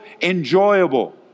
enjoyable